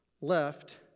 left